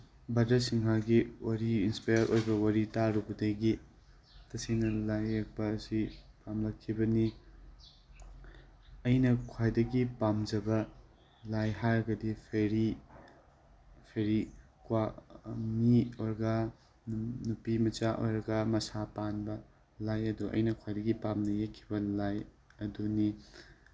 ꯚꯗ꯭ꯔꯁꯤꯡꯍꯒꯤ ꯋꯥꯔꯤ ꯏꯟꯁꯄꯤꯌꯥꯔ ꯑꯣꯏꯕ ꯋꯥꯔꯤ ꯇꯥꯔꯨꯕꯗꯒꯤ ꯇꯁꯦꯡꯅ ꯂꯥꯏ ꯌꯦꯛꯄ ꯑꯁꯤ ꯄꯥꯝꯂꯛꯈꯤꯕꯅꯤ ꯑꯩꯅ ꯈ꯭ꯋꯥꯏꯗꯒꯤ ꯄꯥꯝꯖꯕ ꯂꯥꯏ ꯍꯥꯏꯔꯒꯗꯤ ꯐꯦꯔꯤ ꯐꯦꯔꯤ ꯃꯤ ꯑꯣꯏꯔꯒ ꯅꯨꯄꯤꯃꯆꯥ ꯑꯣꯏꯔꯒ ꯃꯁꯥ ꯄꯥꯟꯕ ꯂꯥꯏ ꯑꯗꯨ ꯑꯩꯅ ꯈ꯭ꯋꯥꯏꯗꯒꯤ ꯄꯥꯝꯅ ꯌꯦꯛꯈꯤꯕ ꯂꯥꯏ ꯑꯗꯨꯅꯤ